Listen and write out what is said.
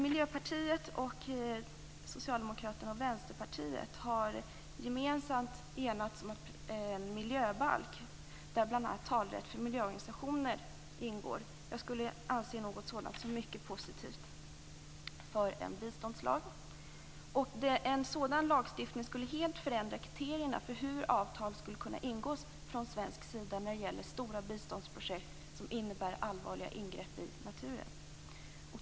Miljöpartiet, Socialdemokraterna och Vänsterpartiet har gemensamt enats om en miljöbalk där bl.a. talerätt för miljöorganisationer ingår. Jag skulle anse något sådant som mycket positivt för en biståndslag. En sådan lagstiftning skulle helt förändra kriterierna för hur avtal skulle kunna ingås från svensk sida när det gäller stora biståndsprojekt som innebär allvarliga ingrepp i naturen.